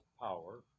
power